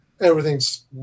everything's